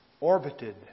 orbited